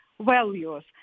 values